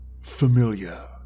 familiar